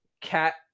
cat